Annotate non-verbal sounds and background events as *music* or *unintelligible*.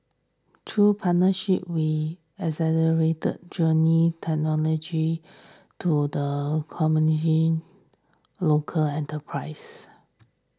through partnerships we accelerate the journey technology to the *unintelligible* local enterprise